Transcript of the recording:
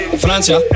Francia